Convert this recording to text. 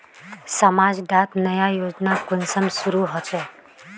समाज डात नया योजना कुंसम शुरू होछै?